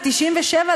ב-1997,